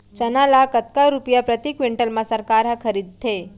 चना ल कतका रुपिया प्रति क्विंटल म सरकार ह खरीदथे?